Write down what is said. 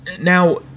now